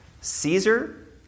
Caesar